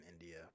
India